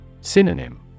Synonym